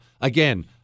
Again